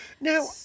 now